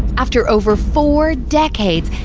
after over four decades,